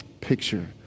picture